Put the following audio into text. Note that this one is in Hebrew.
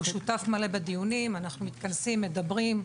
הוא שותף מלא בדיונים, אנחנו מתכנסים, מדברים,